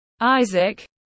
Isaac